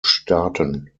staaten